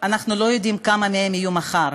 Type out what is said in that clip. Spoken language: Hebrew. אנחנו לא יודעים כמה מהם יהיו מחר.